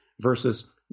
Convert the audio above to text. versus